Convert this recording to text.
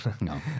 No